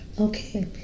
okay